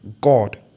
god